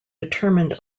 determined